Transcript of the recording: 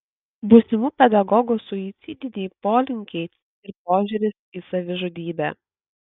būsimų pedagogų suicidiniai polinkiai ir požiūris į savižudybę